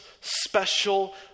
special